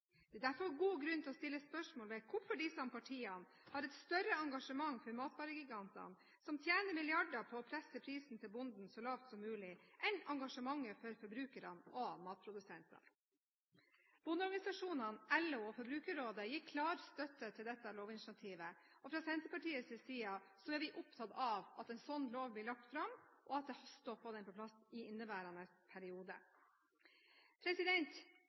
Det er derfor god grunn til å stille spørsmål ved hvorfor disse partiene har et større engasjement for matvaregigantene, som tjener milliarder på å presse prisen til bonden så lavt som mulig, enn for forbrukere og matprodusenter. Bondeorganisasjonene, LO og Forbrukerrådet gir klar støtte til dette lovinitiativet. Fra Senterpartiets side er vi opptatt av at en sånn lov blir lagt fram, og det haster å få den på plass i inneværende periode.